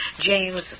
James